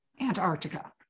Antarctica